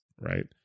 right